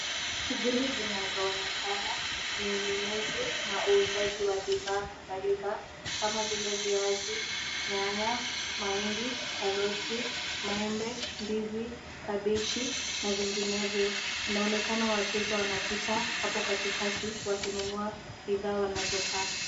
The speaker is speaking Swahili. Shughuli zinazoonekana ni ununuzi na uuzaji wa vifaa kadhalika kama vile viazi, nyanya, mahindi, karoti, maembe, ndizi, kabichi na vinginevyo, inaonekana wateja wanapita hapo katikati wakinunua bidhaa wanazotaka.